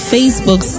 Facebook